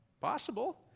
Possible